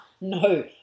No